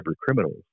criminals